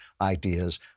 ideas